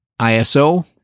ISO